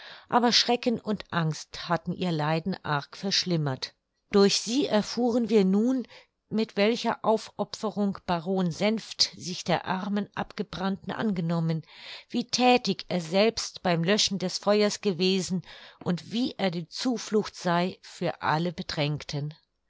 aber schrecken und angst hatten ihr leiden arg verschlimmert durch sie erfuhren wir nun mit welcher aufopferung baron senft sich der armen abgebrannten angenommen wie thätig er selbst beim löschen des feuers gewesen und wie er die zuflucht sei für alle bedrängten